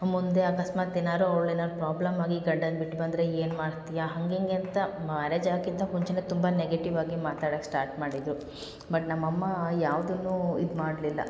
ಮುಂದೆ ಅಕಸ್ಮಾತ್ ಏನಾದ್ರು ಅವ್ಳು ಏನಾದ್ರು ಪ್ರಾಬ್ಲಮ್ ಆಗಿ ಗಂಡನ ಬಿಟ್ಟು ಬಂದರೆ ಏನು ಮಾಡ್ತೀಯಾ ಹಂಗೆ ಹೀಗೆ ಅಂತ ಮ್ಯಾರೇಜ್ ಆಗೊಕ್ಕಿಂತ ಮುಂಚೆಯೇ ತುಂಬ ನೆಗೆಟಿವ್ ಆಗಿ ಮಾತಾಡಕ್ಕೆ ಸ್ಟಾರ್ಟ್ ಮಾಡಿದರು ಬಟ್ ನಮ್ಮ ಅಮ್ಮ ಯಾವುದನ್ನೂ ಇದು ಮಾಡಲಿಲ್ಲ